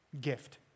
gift